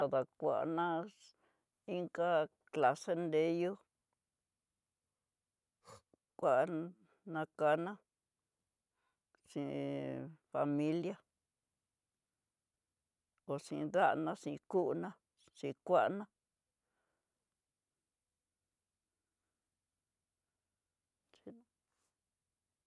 Há dakuna innga clase nréyu, kuan nakaná sin familia por sin danna sin kuná sin kuaná.